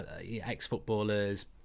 Ex-footballers